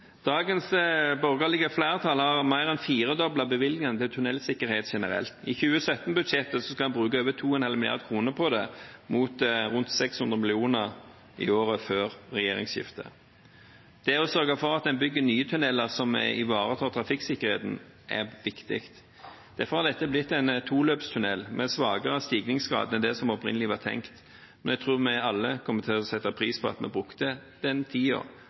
Dagens borgerlige flertall har mer enn firedoblet bevilgningene til tunnelsikkerhet generelt. I 2017-budsjettet skal en bruke over 2,5 mrd. kr på det, mot rundt 600 mill. kr i året før regjeringsskiftet. Det å sørge for at en bygger nye tunneler som ivaretar trafikksikkerheten, er viktig. Derfor har dette blitt en toløpstunnel med svakere stigningsgrad enn det som opprinnelig var tenkt, men jeg tror vi alle kommer til å sette pris på at vi brukte den tiden for å få et enda bedre prosjekt. Det